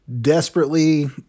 desperately